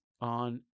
on